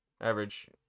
average